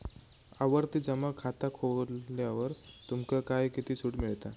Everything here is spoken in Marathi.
आवर्ती जमा खाता खोलल्यावर तुमका काय किती सूट मिळता?